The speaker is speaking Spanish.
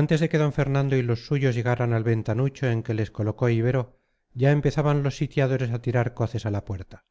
antes de que d fernando y los suyos llegaran al ventanucho en que les colocó ibero ya empezaban los sitiadores a tirar coces a la puerta